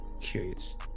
curious